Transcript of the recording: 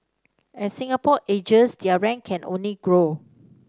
as Singapore ages their rank can only grow